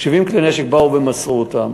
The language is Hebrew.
70 כלי נשק, באו ומסרו אותם.